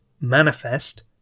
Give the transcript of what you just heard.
Manifest